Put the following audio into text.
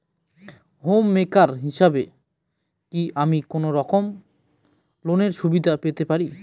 Home maker হিসেবে কি আমি কোনো রকম লোনের সুবিধা পেতে পারি?